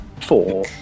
four